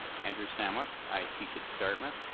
andrew samwick. i teach at dartmouth,